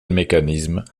mécanisme